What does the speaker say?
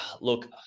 Look